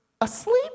Asleep